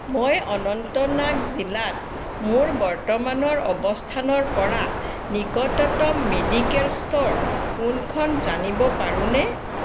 মই অনন্তনাগ জিলাত মোৰ বৰ্তমানৰ অৱস্থানৰ পৰা নিকটতম মেডিকেল ষ্ট'ৰ কোনখন জানিব পাৰোঁনে